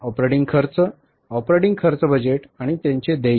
operating खर्च operating खर्च budget आणि त्यांचे देय